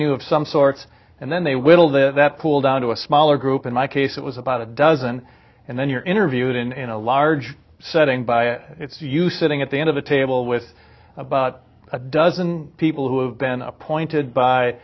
you of some sort and then they will that that pool down to a smaller group in my case it was about a dozen and then you're interviewed in a large setting by it's you sitting at the end of a table with about a dozen people who've been appointed by